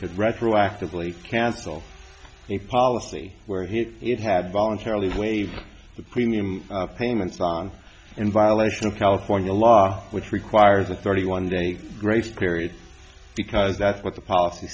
could retroactively cancel a policy where he it had voluntarily waive the premium payments on in violation of california law which requires a thirty one day grace period because that's what the policy